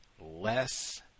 Less